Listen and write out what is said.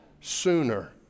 sooner